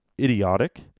idiotic